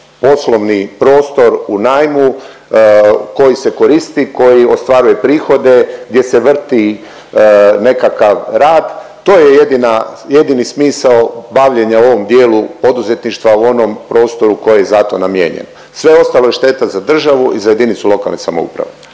poslovni prostor u najmu koji se koristi koji ostvaruje prihode, gdje se vrti nekakav rad. To je jedini smisao bavljenja u ovom dijelu poduzetništva u onom prostoru koji je za to namijenjen, sve ostalo je šteta za državu i za jedinicu lokalne samouprave.